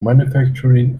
manufacturing